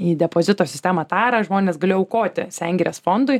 į depozito sistemą tarą žmonės gali aukoti sengirės fondui